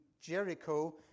Jericho